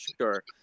sure